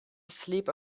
asleep